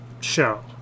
show